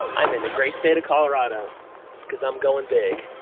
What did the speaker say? i'm in the great state of colorado because i'm going big.